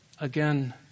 Again